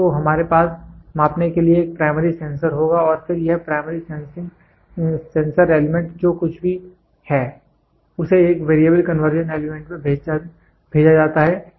तो हमारे पास मापने के लिए एक प्राइमरी सेंसर होगा और फिर यह प्राइमरी सेंसर एलिमेंट जो कुछ भी है उसे एक वेरिएबल कन्वर्जन एलिमेंट में भेजा जाता है